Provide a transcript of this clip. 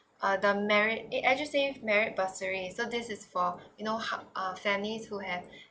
uh the merit eh edusave merit bursary so this is for you know help uh family who have